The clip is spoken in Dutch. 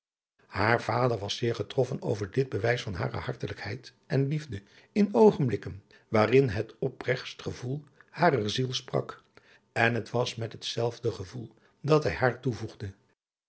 haar vader was zeer getroffen over dit bewijs van hare hartelijkheid en liefde in oogenblikken waarin het opregtst gevoel harer ziele sprak en het was met hetzelfde gevoel dat hij haar toevoegde